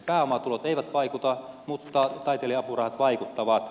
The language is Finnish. pääomatulot eivät vaikuta mutta taiteilija apurahat vaikuttavat